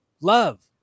love